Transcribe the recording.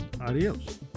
adios